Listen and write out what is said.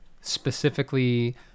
specifically